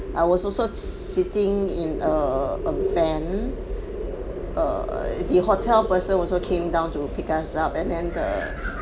I was also sitting in err a van err the hotel person also came down to pick us up and then the